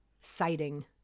citing